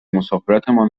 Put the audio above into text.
مسافرتمان